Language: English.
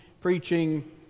preaching